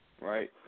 Right